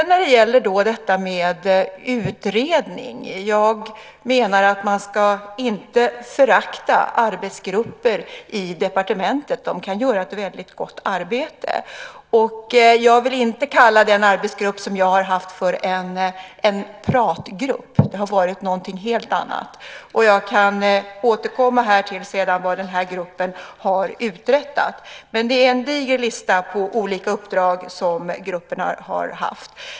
När det gäller utredning menar jag att man inte ska förakta arbetsgrupper i departementet. De kan utföra ett väldigt gott arbete. Jag vill inte kalla den arbetsgrupp som jag har haft för en pratgrupp. Det har varit någonting helt annat. Jag kan återkomma till vad den här gruppen har uträttat. Men det är en diger lista på olika uppdrag som gruppen har haft.